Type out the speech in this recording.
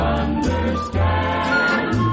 understand